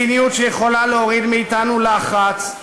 מדיניות שיכולה להוריד מאתנו לחץ,